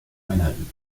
einheiten